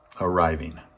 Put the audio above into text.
Arriving